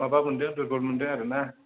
माबा मोनदों दुरबल मोनदों आरो ना